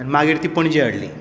आनी मागीर ती पणजे हाडली